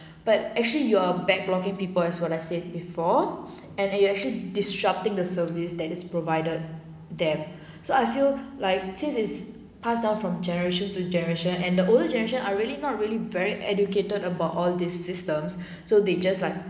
but actually you are backlogging people as what I say before and you're actually disrupting the service that is provided there so I feel like since is passed down from generation to generation and the older generation are really not really very educated about all these systems so they just like